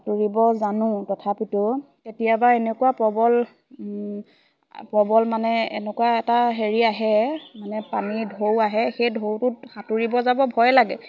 সাঁতুৰিব জানো তথাপিতো কেতিয়াবা এনেকুৱা প্ৰবল প্ৰবল মানে এনেকুৱা এটা হেৰি আহে মানে পানী ঢৌ আহে সেই ঢৌটোত সাঁতুৰিব যাব ভয় লাগে